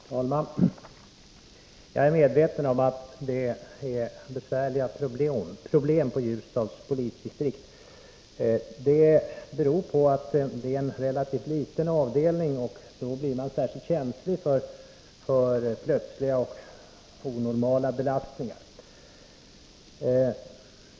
Herr talman! Jag är medveten om att man har besvärliga problem i Ljusdals polisdistrikt. Det beror på att det är en relativt liten avdelning, och då blir man särskilt känslig för plötsliga och onormala belastningar.